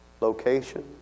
location